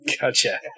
Gotcha